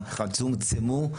צומצם.